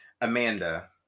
Amanda